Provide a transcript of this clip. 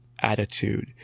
attitude